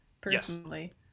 personally